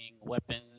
weapons